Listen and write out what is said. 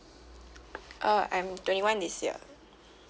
uh I'm twenty one this year